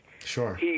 Sure